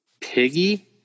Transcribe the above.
Piggy